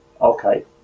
Okay